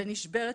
ונשברת